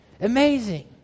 Amazing